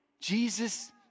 Jesus